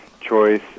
choice